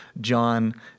John